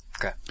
okay